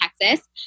Texas